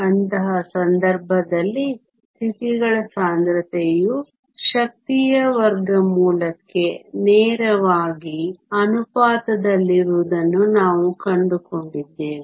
ಅಂತಹ ಸಂದರ್ಭದಲ್ಲಿ ಸ್ಥಿತಿಗಳ ಸಾಂದ್ರತೆಯು ಶಕ್ತಿಯ ವರ್ಗಮೂಲಕ್ಕೆ ನೇರವಾಗಿ ಅನುಪಾತದಲ್ಲಿರುವುದನ್ನು ನಾವು ಕಂಡುಕೊಂಡಿದ್ದೇವೆ